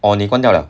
or 你关掉 liao